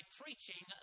preaching